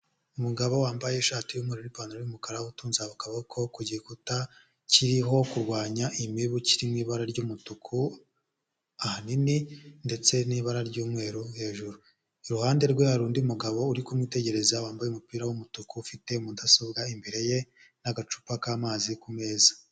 Umugabo wambaye ishati y'umweruru n'ipantaro y'umukara, utunze akaboko ku gikuta kiriho kurwanya imibu kiri mu ibara ry'umutuku ahanini ndetse n'ibara ry'umweru hejuru. Iruhande rwe hari undi mugabo uri kumwitegereza wambaye umupira wumutuku ufite mudasobwa imbere ye, n'agacupa k'amazi ku meza.